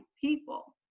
people